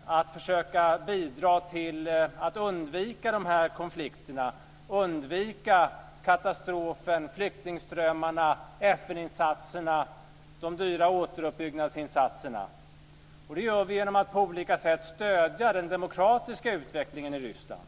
Vi bör försöka bidra till att undvika de här konflikterna och att undvika katastroferna, flyktingströmmarna, FN insatserna och de dyra återuppbyggnadsinsatserna. Detta gör vi genom att på olika sätt stödja den demokratiska utvecklingen i Ryssland.